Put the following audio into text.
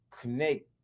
connect